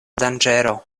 danĝero